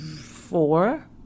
four